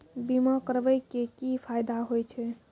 बीमा करबै के की फायदा होय छै?